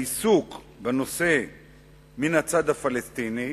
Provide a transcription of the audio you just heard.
העיסוק בנושא מן הצד הפלסטיני